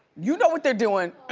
you know what they're doing.